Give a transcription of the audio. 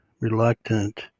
reluctant